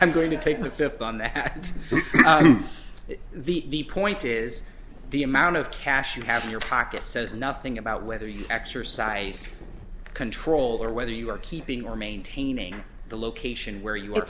i'm going to take the fifth on that it's the point is the amount of cash you have in your pocket says nothing about whether you exercise control or whether you are keeping your maintaining the location where you